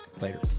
Later